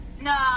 No